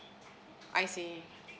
I see